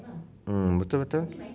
mm betul betul